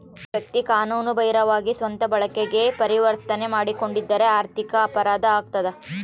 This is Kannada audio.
ಒಬ್ಬ ವ್ಯಕ್ತಿ ಕಾನೂನು ಬಾಹಿರವಾಗಿ ಸ್ವಂತ ಬಳಕೆಗೆ ಪರಿವರ್ತನೆ ಮಾಡಿಕೊಂಡಿದ್ದರೆ ಆರ್ಥಿಕ ಅಪರಾಧ ಆಗ್ತದ